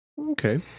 Okay